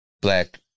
black